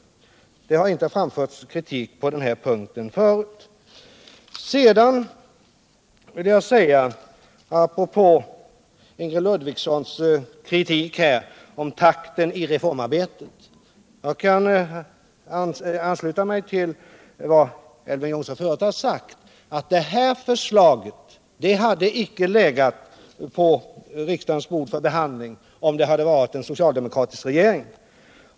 Tidigare har det inte framförts någon kritik på den här punkten. Med anledning av Ingrid Ludvigssons kritik när det gäller takten i reformarbetet ansluter jag mig till vad Elver Jonsson sade, nämligen att det här förslaget icke hade legat på riksdagens bord för behandling. om det hade varit en soctaldemokratisk regering.